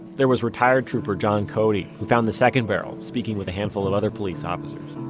there was retired trooper john cody, who found the second barrel speaking with a handful of other police officers.